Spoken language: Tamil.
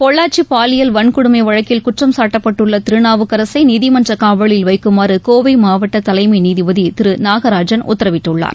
பொள்ளாச்சி பாலியல் வன்கொடுமை வழக்கில் குற்றம் சாட்டப்பட்டுள்ள திருநாவுக்கரசை நீதிமன்ற காவலில் வைக்குமாறு கோவை மாவட்ட தலைமை நீதிபதி திரு நாகராஜன் உத்தரவிட்டுள்ளார்